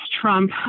Trump